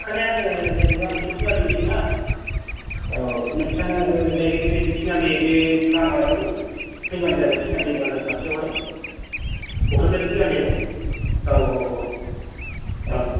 गाखोनाया आङो जेनेबा आंथ' टिनआलिनिसोना औ नोंथाङा दाइरेक्ट ओरै टिनालि बे लामायाव फैबानो जाबाय टिनालि बाजार खाथियावहाय क'क्राझार टिनालियाव औ औ औ औ